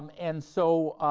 and, so,